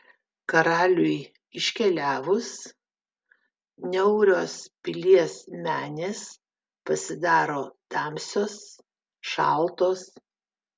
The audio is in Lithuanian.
karaliui iškeliavus niaurios pilies menės pasidaro tamsios šaltos